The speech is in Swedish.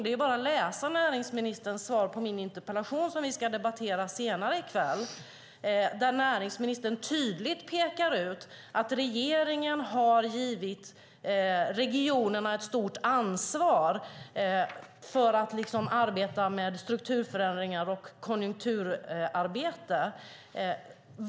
Det är bara att läsa näringsministerns svar på min interpellation som vi ska debattera senare i kväll, där näringsministern tydligt pekar ut att regeringen har givit regionerna ett stort ansvar för att arbeta med strukturförändringar och konjunkturarbete.